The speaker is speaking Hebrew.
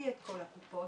ובדיון הבא נמשיך.